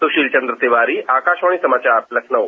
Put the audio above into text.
सुशील चन्द्र तिवारी आकाशवाणी समाचार लखनऊ